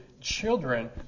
children